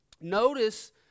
notice